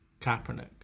Kaepernick